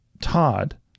Todd